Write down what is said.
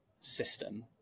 system